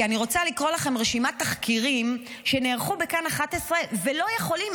אני רוצה לקרוא לכם רשימת תחקירים שנערכו בכאן 11 ולא יכולים